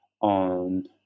on